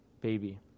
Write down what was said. baby